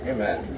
Amen